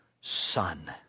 son